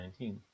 2019